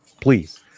Please